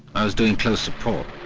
i was doing close support.